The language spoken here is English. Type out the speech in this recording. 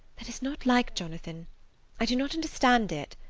that is not like jonathan i do not understand it,